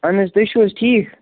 اَہَن حظ تُہۍ چھُو حظ ٹھیٖک